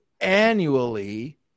annually